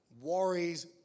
worries